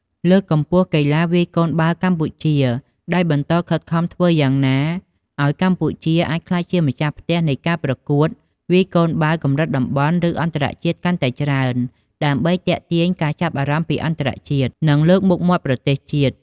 លើកកម្ពស់កីឡាវាយកូនបាល់កម្ពុជា ដោយបន្តខិតខំធ្វើយ៉ាងណាឱ្យកម្ពុជាអាចក្លាយជាម្ចាស់ផ្ទះនៃការប្រកួតវាយកូនបាល់កម្រិតតំបន់ ឬអន្តរជាតិកាន់តែច្រើន ដើម្បីទាក់ទាញការចាប់អារម្មណ៍ពីអន្តរជាតិ និងលើកមុខមាត់ប្រទេសជាតិ។